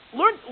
learn